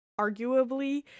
arguably